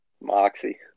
Moxie